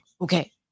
okay